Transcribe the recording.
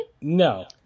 No